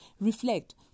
Reflect